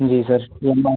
जी sir लम्बा